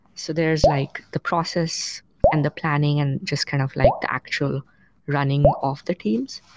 so there's like the process and the planning and just kind of like the actual running of the teams.